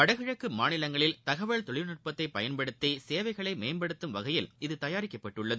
வடகிழக்குமாநிலங்களில் தகவல் தொழில்நுட்பத்தைபயன்படுத்திசேவைகளைமேம்படுத்துவதற்குவகையில் இது தயாரிக்கப்பட்டுள்ளது